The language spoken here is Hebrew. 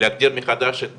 להגדיר מחדש את